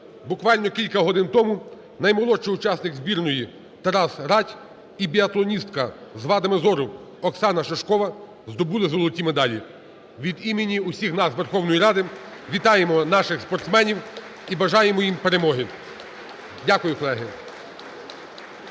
Буквально кілька годин тому наймолодший учасник збірної Тарас Радь і біатлоністка з вадами зору Оксана Шишкова здобули золоті медалі. Від імені усіх нас, Верховної Ради, вітаємо наших спортсменів і бажаємо їм перемоги (Оплески). Дякую, колеги.